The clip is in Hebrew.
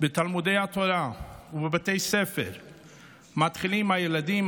בתלמודי התורה ובבתי ספר מתחילים הילדים,